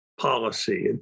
policy